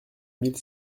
mille